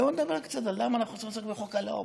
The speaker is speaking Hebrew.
בואו נדבר קצת על למה אנחנו צריכים להתעסק בחוק הלאום,